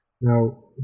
Now